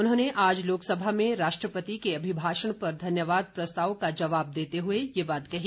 उन्होंने आज लोकसभा में राष्ट्रपति के अभिभाषण पर धन्यवाद प्रस्ताव का जवाब देते हुए यह बात कही